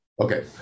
Okay